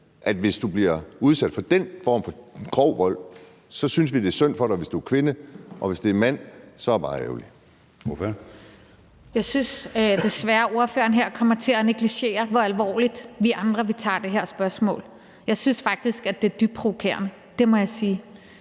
at hvis du bliver udsat for den form for grov vold, så synes vi, det er synd for dig, hvis du er kvinde, og hvis du er mand, er det bare ærgerligt. Kl. 19:18 Anden næstformand (Jeppe Søe): Ordføreren. Kl. 19:18 Rosa Lund (EL): Jeg synes desværre, at ordføreren her kommer til at negligere, hvor alvorligt vi andre tager det her spørgsmål. Jeg synes faktisk, at det er dybt provokerende; det må jeg sige.